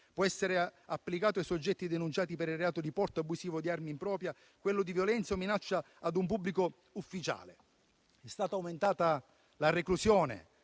Daspo Willy, per i soggetti denunciati per il reato di porto abusivo di armi improprie o quello di violenza o minaccia ad un pubblico ufficiale. È stata aumentata la reclusione